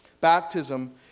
Baptism